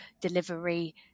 delivery